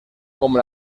como